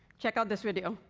check out this video.